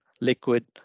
liquid